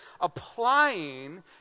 applying